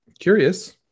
curious